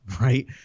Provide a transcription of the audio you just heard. Right